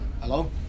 hello